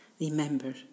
Remember